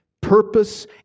purpose